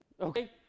Okay